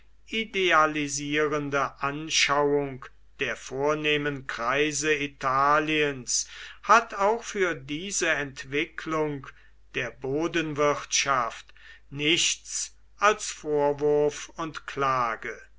idealisierende anschauung der vornehmen kreise italiens hat auch für diese entwicklung der bodenwirtschaft nichts als vorwurf und klage